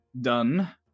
done